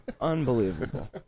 Unbelievable